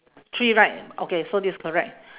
three right okay so this is correct